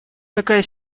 такая